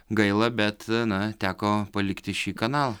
gaila bet na teko palikti šį kanalą